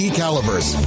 calibers